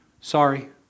sorry